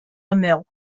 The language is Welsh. ymyl